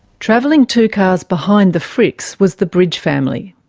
travelling two cars behind the frickes was the bridge family,